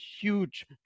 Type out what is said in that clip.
huge